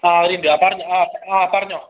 ആ ഒരു മിൻറ്റ് ആ പറഞ്ഞോളൂ ആ ആ പറഞ്ഞോളൂ